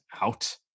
out